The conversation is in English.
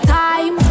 time